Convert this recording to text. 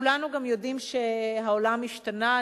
כולנו גם יודעים שהעולם השתנה.